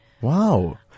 Wow